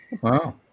Wow